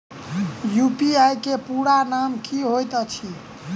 UPI केँ पूरा नाम की होइत अछि?